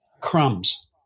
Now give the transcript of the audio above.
crumbs